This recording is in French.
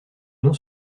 non